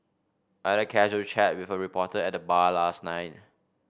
I had a casual chat with a reporter at the bar last night